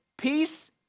peace